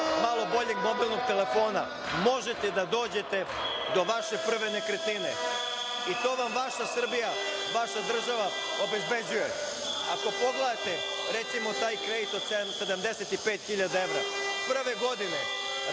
malo boljeg mobilnog telefona možete da dođete do vaše prve nekretnine i to vam vaša Srbija, vaša država obezbeđuje. Ako pogledate recimo taj kredit od 75.000 evra, prve godine